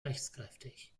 rechtskräftig